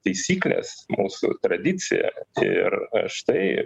taisyklės mūsų tradicija ir štai